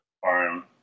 farm